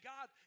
God